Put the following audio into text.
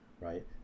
right